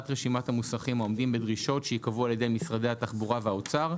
רשימת המוסכים העומדים בדרישות שייקבעו על ידי משרדי התחבורה והאוצר,